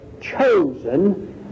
chosen